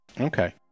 Okay